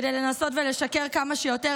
כדי לנסות ולשקר כמה שיותר,